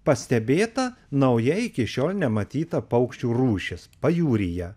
pastebėta nauja iki šiol nematyta paukščių rūšis pajūryje